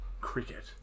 cricket